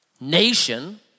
nation